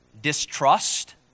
Distrust